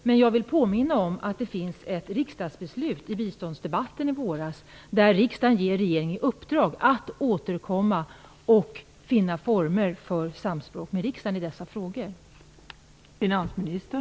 Men jag vill påminna om att det finns ett riksdagsbeslut från biståndsdebatten i våras där riksdagen ger regeringen i uppdrag att återkomma och finna former för samspråk med riksdagen i dessa frågor.